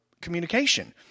communication